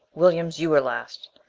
williams you were last.